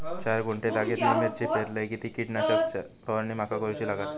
चार गुंठे जागेत मी मिरची पेरलय किती कीटक नाशक ची फवारणी माका करूची लागात?